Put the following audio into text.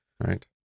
right